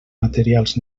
materials